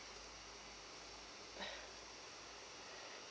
ugh